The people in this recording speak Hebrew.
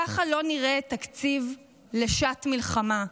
ככה לא נראה תקציב לשעת מלחמה.